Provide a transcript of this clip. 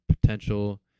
potential